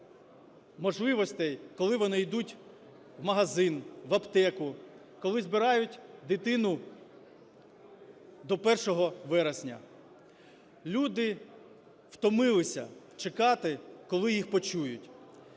можливостей, коли вони йдуть в магазин, в аптеку, коли збирають дитину до 1-го вересня. Люди втомилися чекати, коли їх почують.